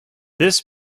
this